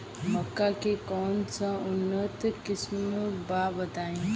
मक्का के कौन सा उन्नत किस्म बा बताई?